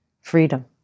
freedom